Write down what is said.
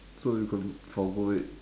so you can forgo it